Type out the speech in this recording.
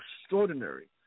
extraordinary